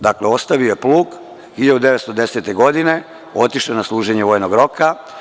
Dakle, ostavio je plug, 1910. godine, otišao na služenje vojnog roka.